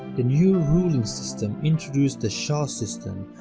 the new ruling system introduced the shah system.